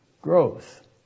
Growth